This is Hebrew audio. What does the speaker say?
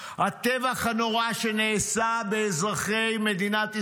הטבח הנורא שנעשה באזרחי מדינת ישראל,